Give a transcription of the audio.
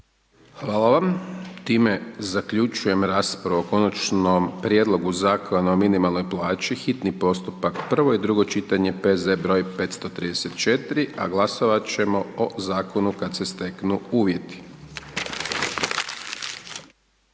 Hvala vam. Time zaključujem raspravu o Konačnom prijedlogu zakona o minimalnoj plaći, hitni postupak, prvo i drugo čitanje, P.Z. br. 534. a glasovati ćemo o zakonu kada se steknu uvjeti.